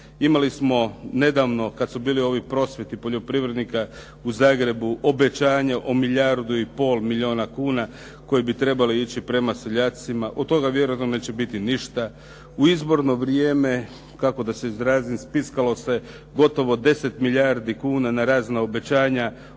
Imali smo nedavno kada su bili ovi prosvjedi poljoprivrednika u Zagrebu obećanje o milijardu i pol milijuna kuna koji bi trebali ići prema seljacima, od toga vjerojatno neće biti ništa. U izborno vrijeme kako da se izrazim, spiskalo se gotovo 10 milijardi kuna na razna obećanja